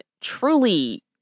truly